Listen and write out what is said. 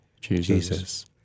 Jesus